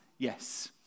Yes